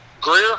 Greer